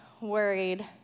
worried